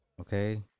Okay